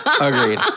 Agreed